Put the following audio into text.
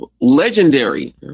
Legendary